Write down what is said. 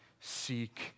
seek